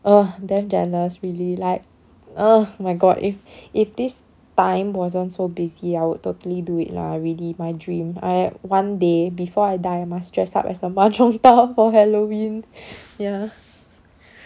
ugh damn jealous really like ugh oh my god if if this time wasn't so busy I would totally do it lah really my dream I one day before I die must dress up as a mahjong tile for halloween ya